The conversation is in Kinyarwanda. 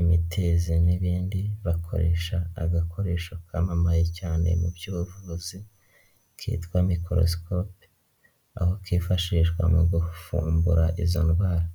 imitezi n'ibindi bakoresha agakoresho kamamaye cyane mu by'ubuvuzi kitwa mikorosikope, aho kifashishwa mu kuvumbura izo ndwara.